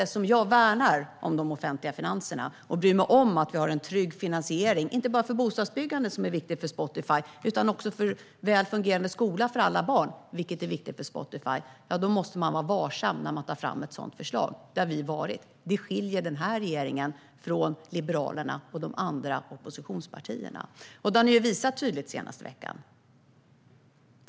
Eftersom jag värnar om de offentliga finanserna och bryr mig om att vi har en trygg finansiering, inte bara för bostadsbyggande, som är viktigt för Spotify, utan även för en väl fungerande skola för alla barn, som också är viktigt för Spotify, måste man vara varsam när man tar fram ett sådant förslag. Det har vi varit, och detta skiljer regeringen från Liberalerna och de andra oppositionspartierna. Det har tydligt visat sig den senaste veckan.